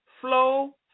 flow